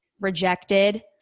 rejected